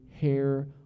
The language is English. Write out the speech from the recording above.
hair